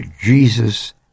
Jesus